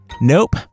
Nope